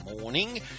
morning